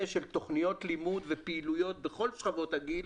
של תוכניות לימוד ופעילויות בכל שכבות הגיל